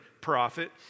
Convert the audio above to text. prophet